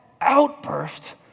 outburst